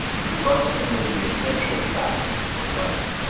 to front only the essential facts of life,